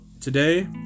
today